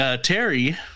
Terry